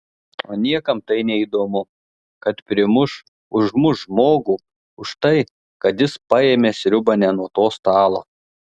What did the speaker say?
o niekam tai neįdomu kad primuš užmuš žmogų už tai kad jis paėmė sriubą ne nuo to stalo